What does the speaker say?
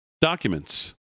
documents